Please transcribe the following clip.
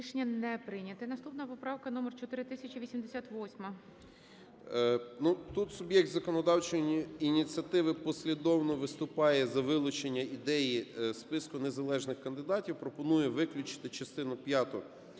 Тут суб'єкт законодавчої ініціативи послідовно виступає за вилучення ідеї списку незалежних кандидатів. Пропонує виключити частину п'яту,